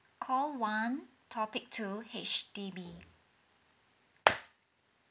call one topic two H_D_B